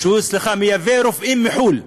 שהוא מייבא רופאים מחו"ל.